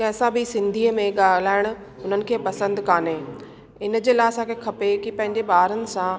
कंहिंसां बि सिंधीअ में ॻाल्हाइण हुननि खे पसंदि कोन्हे इन जे लाइ असांखे खपे कि पंहिंजे ॿारनि सां